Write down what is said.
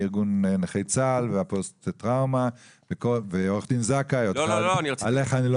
מארגון נכי צה"ל והפוסט-טראומה; עו"ד זכאי עליך אני לא מדבר.